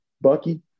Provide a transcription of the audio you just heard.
Bucky